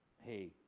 Hey